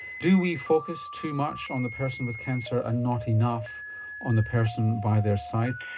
do we focus too much on the person with cancer and not enough on the person by their side?